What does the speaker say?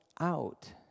out